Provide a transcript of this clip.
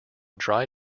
dry